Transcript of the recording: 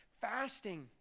fasting